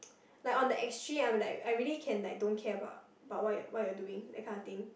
like on the extreme I'm like I really can like don't care about about what what you're doing that kind of thing